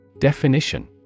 Definition